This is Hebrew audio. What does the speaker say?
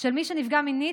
של מי שנפגע מינית,